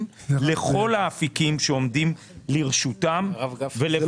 לכל האפיקים שעומדים לרשותם ולברר --- אני